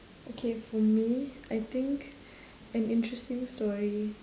okay for me I think an interesting story